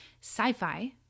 Sci-Fi